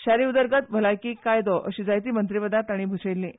शारी उदरगत भलायकी कायदो अशीं जायतीं मंत्रीपदां तांणी भुशयिल्लीं